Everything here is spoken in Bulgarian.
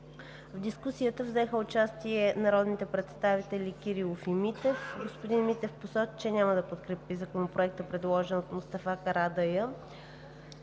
В дискусията взеха участие народните представители Данаил Кирилов и Христиан Митев. Господин Митев посочи, че няма да подкрепи Законопроекта, предложен от Мустафа Карадайъ